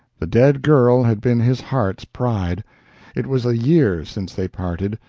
the dead girl had been his heart's pride it was a year since they parted,